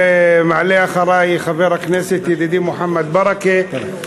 ומעלה אחרי חבר הכנסת ידידי מוחמד ברכה,